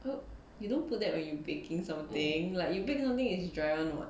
oo you don't put that when you baking something like you bake something it's dry [one] [what]